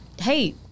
hey